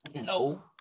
No